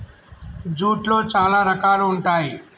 జూట్లో చాలా రకాలు ఉంటాయి